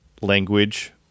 language